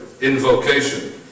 invocation